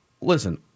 listen